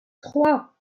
trois